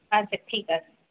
আচ্ছা ঠিক আছে